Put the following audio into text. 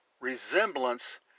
resemblance